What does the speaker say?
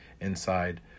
inside